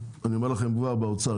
אני אומר לכם כבר באוצר,